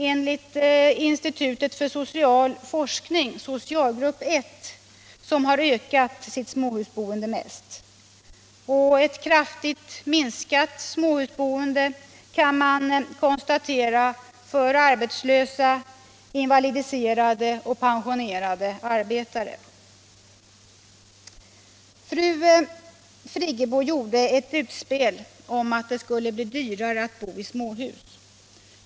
Enligt Institutet för social forskning är det också socialgrupp I som har ökat sitt småhusboende mest. Ett kraftigt minskat småhusboende kan konstateras för arbetslösa, invalidiserade och pensionerade arbetare. Fru Friggebo gjorde ett utspel om att det skulle bli dyrare att bo i småhus.